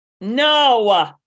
No